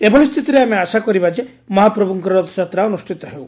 ଏଭଳି ସ୍ଥିତିରେ ଆମେ ଆଶା କରିବା ଯେ ମହାପ୍ରଭୁଙ୍କ ରଥଯାତ୍ରା ଅନୁଷିତ ହେଉ